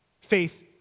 faith